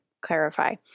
clarify